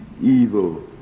evil